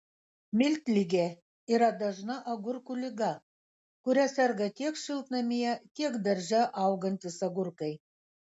miltligė yra dažna agurkų liga kuria serga tiek šiltnamyje tiek darže augantys agurkai